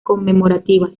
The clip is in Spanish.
conmemorativas